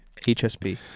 HSP